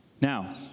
Now